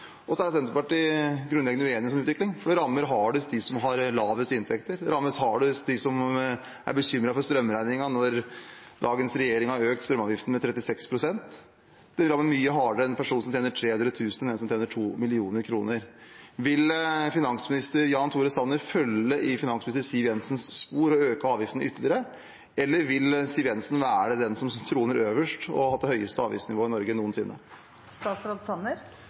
er grunnleggende uenig i den politikken. Den rammer hardest dem som har lavest inntekter, den rammer hardest dem som er bekymret for strømregningen – når dagens regjering har økt strømavgiften med 36 pst. Den vil ramme mye hardere en person som tjener 300 000 kr, enn en som tjener 2 mill. kr. Vil finansminister Jan Tore Sanner følge i finansminister Siv Jensens spor og øke avgiftene ytterligere, eller vil Siv Jensen være den som troner øverst med det høyeste avgiftsnivået i Norge